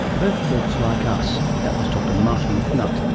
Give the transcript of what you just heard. vertebrates like us. that was dr marcia mcnutt,